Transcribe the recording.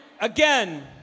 again